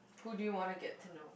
who do you want to get to know